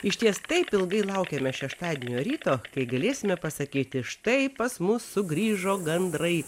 išties taip ilgai laukėme šeštadienio ryto kai galėsime pasakyti štai pas mus sugrįžo gandrai